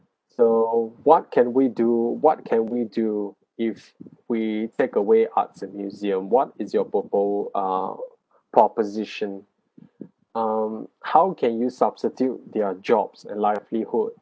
so what can we do what can we do if we take away arts and museum what is your propo~ ah proposition um how can you substitute their jobs and livelihood